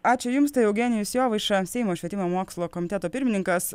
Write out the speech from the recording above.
ačiū jums tai eugenijus jovaiša seimo švietimo mokslo komiteto pirmininkas